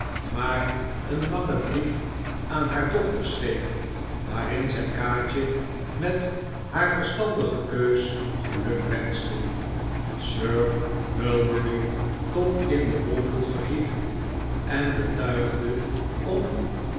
maar een langen brief aan haar dochter schreef waarin zij kaatje met haar verstandige keus gelukwenschte sir mulberry tot in de wolken vernier en betuigde om